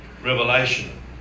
Revelation